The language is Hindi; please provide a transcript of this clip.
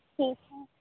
ठीक है